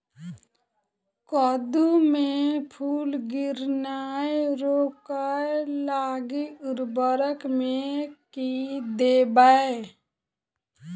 कद्दू मे फूल गिरनाय रोकय लागि उर्वरक मे की देबै?